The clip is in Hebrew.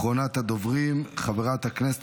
חבר הכנסת